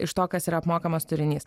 iš to kas yra apmokamas turinys